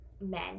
Men